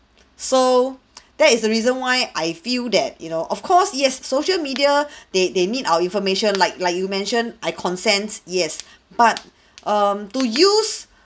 so that is the reason why I feel that you know of course yes social media they they need our information like like you mention I consent yes but um to use